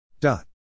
dot